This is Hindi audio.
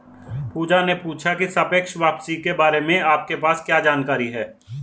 पूजा ने पूछा की सापेक्ष वापसी के बारे में आपके पास क्या जानकारी है?